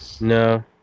No